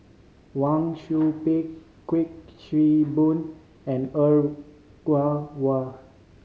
Wang Sui Pick Kuik Swee Boon and Er Kwong Wah